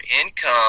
income